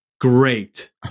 great